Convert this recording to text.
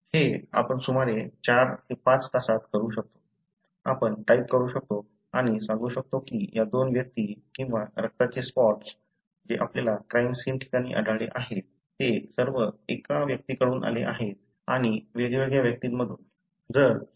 तर हे आपण सुमारे 4 5 तासात करू शकतो आपण टाईप करू शकतो आणि सांगू शकतो की या दोन व्यक्ती किंवा रक्ताचे स्पॉट्स जे आपल्याला क्राईम सीन ठिकाणी आढळले आहेत ते सर्व एका व्यक्तीकडून आले आहेत की वेगवेगळ्या व्यक्तींमधून